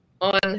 on